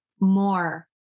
more